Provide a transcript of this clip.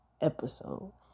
episode